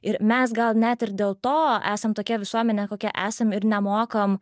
ir mes gal net ir dėl to esam tokia visuomenė kokia esam ir nemokam